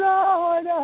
Lord